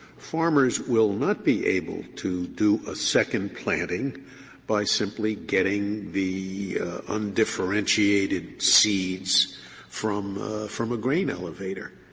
farmers will not be able to do a second planting by simply getting the undifferentiated seeds from from a grain elevator,